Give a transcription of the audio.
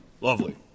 lovely